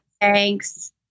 thanks